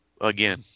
again